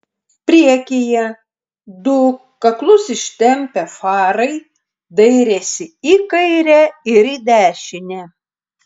priekyje du kaklus ištempę farai dairėsi į kairę ir į dešinę